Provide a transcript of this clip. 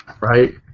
right